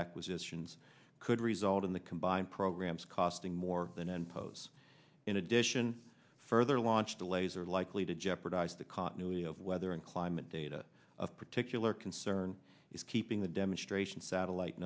acquisitions could result in the combined programs costing more than n posts in addition further launch delays are likely to jeopardize the continuity of weather and climate data of particular concern is keeping the demonstration satellite